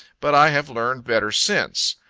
but i have learned better since.